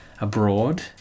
abroad